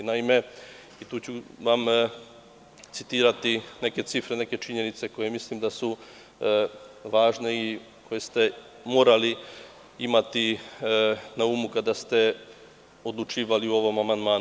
Naime, tu ću vam citirati neke cifre, neke činjenice za koje mislim da su važne i koje ste morali imati na umu kada ste odlučivali o ovom amandmanu.